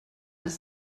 ist